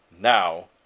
Now